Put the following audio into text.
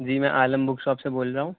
جی میں Alam book shop سے بول رہا ہوں